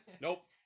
Nope